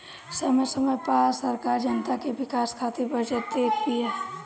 समय समय पअ सरकार जनता के विकास खातिर बजट देत बिया